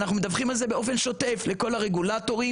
אנחנו מדווחים את זה באופן שוטף לכל הרגולטורים,